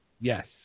Yes